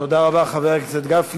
תודה רבה, חבר הכנסת גפני.